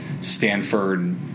Stanford